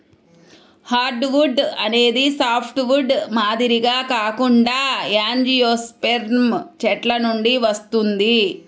hardwood అనేది softwood మాదిరిగా కాకుండా యాంజియోస్పెర్మ్ చెట్ల నుండి వస్తుంది